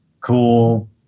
cool